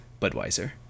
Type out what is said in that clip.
Budweiser